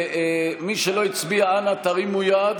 מי שלא הצביע, אנא תרימו יד.